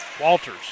Walters